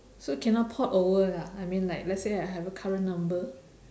so cannot port over lah I mean like let's say I have a current number